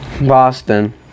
Boston